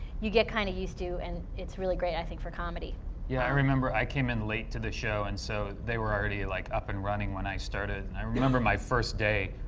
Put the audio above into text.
you get kind of used to and it's really great, i think, for comedy. adam yeah, i remember i came in late to the show and so they were already like up and running when i started and i remember my first day.